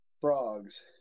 frogs